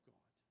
God